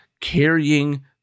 carrying